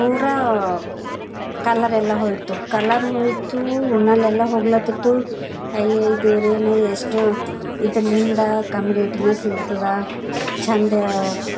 ಪೂರ ಕಲರೆಲ್ಲ ಹೋಯ್ತು ಕಲರ್ ಹೋಯ್ತು ಉಣಲ್ಲೆಲ್ಲಾ ಹೋಗ್ಲತ್ತಿತ್ತು ಅಯ್ಯಯ್ಯೋ ದೇವ್ರೇ ನಾ ಎಷ್ಟು ಇದ್ರನಿಂದ ಕಮ್ಮಿ ರೇಟಿನಾಗ ಸಿಗ್ತಿದೆ ಚೆಂದ